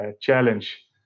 challenge